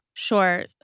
Sure